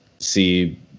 See